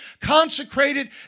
consecrated